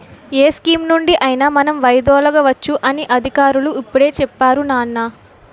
ఏ స్కీమునుండి అయినా మనం వైదొలగవచ్చు అని అధికారులు ఇప్పుడే చెప్పేరు నాన్నా